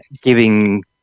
giving